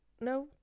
No